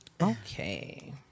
Okay